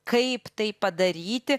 kaip tai padaryti